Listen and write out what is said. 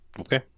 Okay